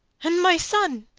and my son?